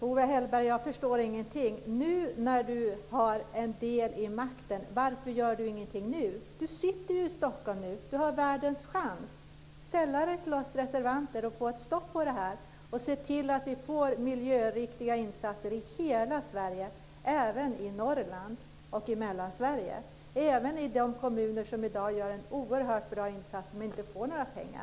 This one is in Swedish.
Fru talman! Jag förstår ingenting, Owe Hellberg. Varför gör Owe Hellberg ingenting nu när han har del i makten? Han sitter ju i Stockholm nu och har världens chans. Han kan sälla sig till oss reservanter för att få ett stopp på detta och se till att vi får miljöriktiga insatser i hela Sverige, även i Norrland och Mellansverige i de kommuner som i dag gör en oerhört bra insats utan att få några pengar.